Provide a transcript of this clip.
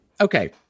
Okay